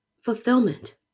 Fulfillment